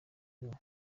rimwe